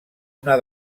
una